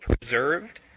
preserved